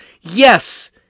Yes